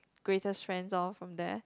greatest friends loh from there